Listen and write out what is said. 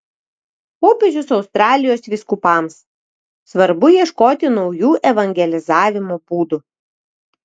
popiežius australijos vyskupams svarbu ieškoti naujų evangelizavimo būdų